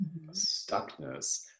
stuckness